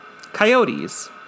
Coyotes